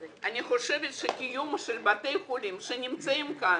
אני חושבת שקיום של בתי חולים שנמצאים כאן